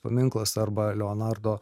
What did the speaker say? paminklas arba leonardo